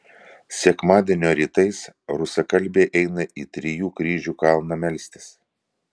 sekmadienio rytais rusakalbiai eina į trijų kryžių kalną melstis